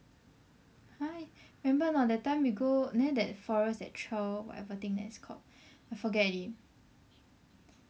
!huh! remember or not that time we go neh that forest that trail whatever thing that it's called I forget already